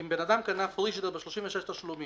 אם אדם קנה מקרר ב-36 תשלומים,